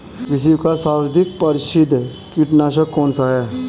विश्व का सर्वाधिक प्रसिद्ध कीटनाशक कौन सा है?